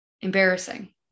Embarrassing